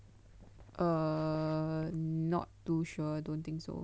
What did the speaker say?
err not too sure I don't think so